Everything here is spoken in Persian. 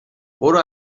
برو